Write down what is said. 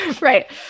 right